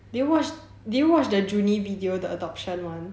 did you watch the joonie video the adoption one